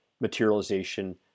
materialization